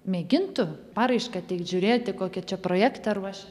mėgintų paraišką teikt žiūrėti kokį čia projektą ruoš